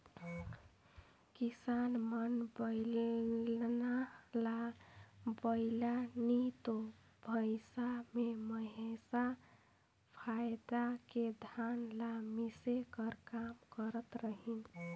किसान मन बेलना ल बइला नी तो भइसा मे हमेसा फाएद के धान ल मिसे कर काम करत रहिन